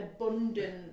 abundant